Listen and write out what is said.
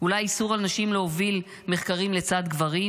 אולי איסור על נשים להוביל מחקרים לצד גברים?